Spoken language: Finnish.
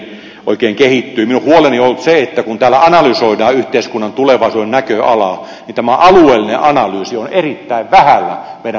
minun huoleni on ollut se että kun täällä analysoidaan yhteiskunnan tulevaisuuden näköalaa niin tämä alueellinen analyysi on erittäin vähällä meidän puheenvuoroissamme